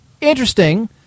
interesting